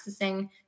accessing